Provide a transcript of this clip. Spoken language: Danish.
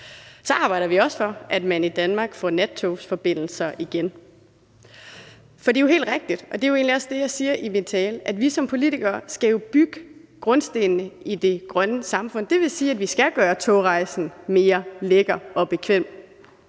Så arbejder vi også for, at man i Danmark får nattogsforbindelser igen. Det er helt rigtigt – og det er egentlig også det, jeg siger i min tale – at vi som politikere jo skal sætte grundstenene i det grønne samfund. Det vil sige, at vi skal gøre togrejsen mere lækker og bekvem.